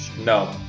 No